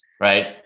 right